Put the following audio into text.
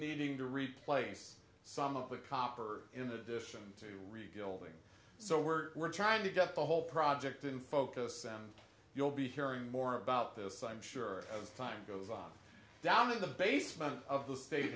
needing to replace some of the copper in addition to rebuilding so we're we're trying to get the whole project in focus and you'll be hearing more about this i'm sure as time goes on down in the basement of the state